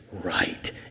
right